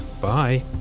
Bye